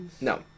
No